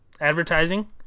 Advertising